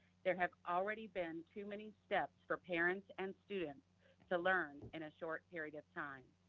there has already been too many steps for parents and students to learn in a short period of time.